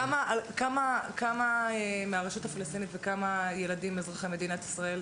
כמות --- כמה מהרשות הפלסטינית וכמה ילדים אזרחי מדינת ישראל,